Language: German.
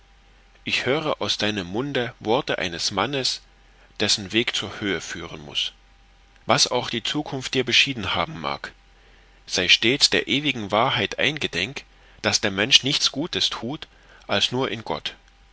ich höre aus deinem munde worte eines mannes dessen weg zur höhe führen muß was auch die zukunft dir beschieden haben mag sei stets der ewigen wahrheit eingedenk daß der mensch nichts gutes thut als nur in gott